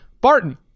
Barton